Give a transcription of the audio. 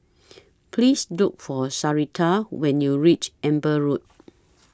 Please Look For Sharita when YOU REACH Amber Road